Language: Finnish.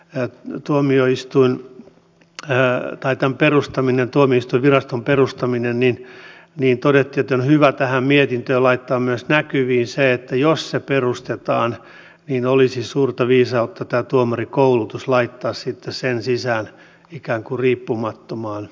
ey tuomioistuin kehää taiteen on tuomioistuinviraston perustaminen niin todettiin että on hyvä tähän mietintöön laittaa myös näkyviin se että jos se perustetaan niin olisi suurta viisautta laittaa tämä tuomarikoulutus sen sisään ikään kuin riippumattomaan elimeen